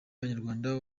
abanyarwanda